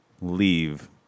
leave